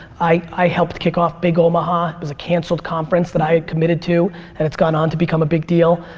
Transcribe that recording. i helped kick off big omaha. it was a canceled conference that i committed to and it's gone on to become a big deal.